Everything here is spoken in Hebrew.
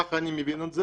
ככה אני מבין את זה.